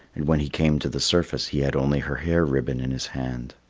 and when he came to the surface, he had only her hair ribbon in his hand.